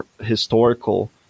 historical